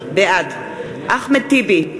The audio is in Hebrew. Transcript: בעד אחמד טיבי,